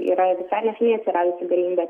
yra visai neseniai atsiradusi galimybė